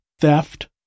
theft